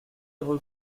rue